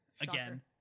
again